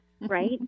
Right